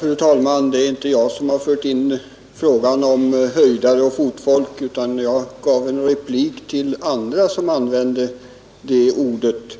Fru talman! Det är inte jag som i debatten fört in talet om höjdare och fotfolk. Jag gav en replik till andra som använt uttrycket.